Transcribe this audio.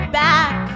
back